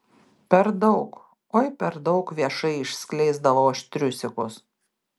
per daug oi per daug viešai išskleisdavau aš triusikus